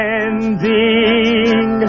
ending